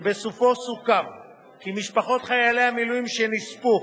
שבסופו סוכם כי משפחות חיילי המילואים שנספו